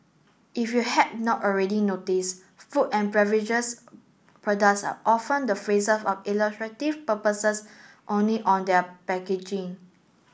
if you had not already noticed food and beverages products often the phrases of illustrative purposes only on their packaging